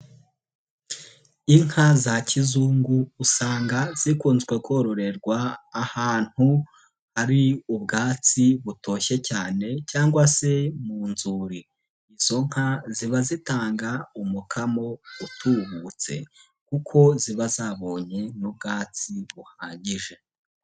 Inka za kizungu usanga zikunzwe kororerwa ahantu hari ubwatsi butoshye cyane cyangwa se mu nzuri, izo nka ziba zitanga umukamo utubutse kuko ziba zabonye n'ubwatsi buhagije.